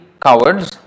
cowards